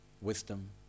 wisdom